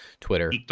Twitter